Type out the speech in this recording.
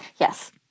yes